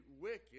wicked